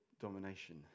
domination